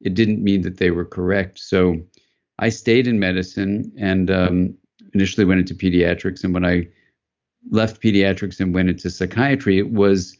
it didn't mean that they were correct so i stayed in medicine, and initially went into pediatrics and when i left pediatrics and went into psychiatry, it was